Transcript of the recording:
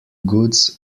goods